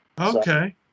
Okay